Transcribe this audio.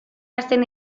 hasten